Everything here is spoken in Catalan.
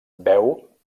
beu